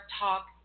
Talk